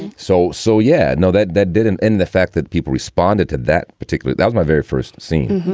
and so so. yeah, no, that that didn't end the fact that people responded to that particularly. that's my very first scene.